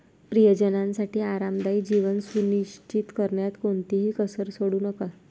प्रियजनांसाठी आरामदायी जीवन सुनिश्चित करण्यात कोणतीही कसर सोडू नका